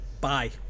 bye